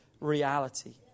reality